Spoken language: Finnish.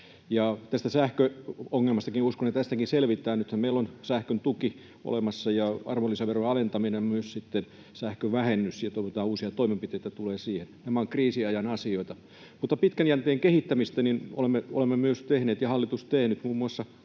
tästä sähköongelmastakin selvitään. Nythän meillä on olemassa sähkön tuki ja arvonlisäveron alentaminen, myös sähkövähennys, ja toivotaan, että uusia toimenpiteitä tulee sinne. Nämä ovat kriisiajan asioita. Mutta pitkän jänteen kehittämisestä. Olemme myös tehneet ja hallitus on tehnyt muun muassa